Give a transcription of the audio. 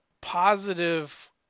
positive